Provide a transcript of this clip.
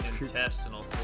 intestinal